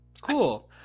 Cool